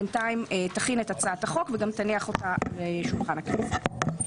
ועדת הכנסת תכין את הצעת החוק ותניח אותה על שולחן הכנסת.